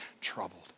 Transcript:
troubled